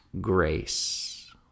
grace